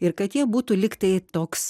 ir kad jie būtų lygtai toks